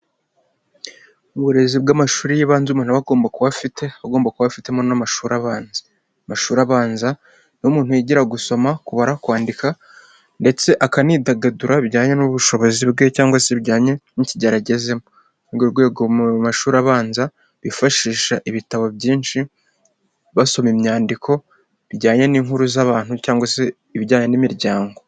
Uburezi bw'amashuri y'ibanze umuntu nawe aba agomba kuba afite, agomba kuba afitemo amashuri abanza. Amashuri abanza niho umuntu yigira gusoma, kubara, kwandika ndetse akanidagadura bijyanye n'ubushobozi bwe cyangwa se bijyanye n'ikigero agezemo. Muri urwo rwego mu mashuri abanza bifashisha ibitabo byinshi basoma imyandiko bijyanye n'inkuru z'abantu cyangwa se ibijyanye n'imiryango.